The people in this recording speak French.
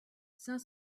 cinq